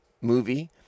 movie